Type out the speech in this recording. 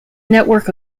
network